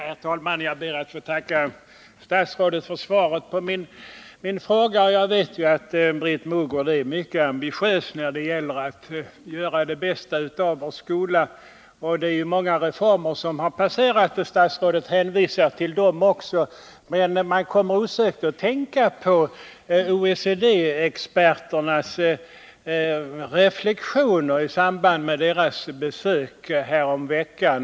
Herr talman! Jag ber att få tacka statsrådet för svaret på min fråga. Jag vet att Britt Mogård är mycket ambitiös när det gäller att göra det bästa av vår skola — många reformer har genomförts, och statsrådet hänvisar också till dem — men man kommer osökt att tänka på de reflexioner som gjordes av experter från OECD som var på besök här för någon vecka sedan.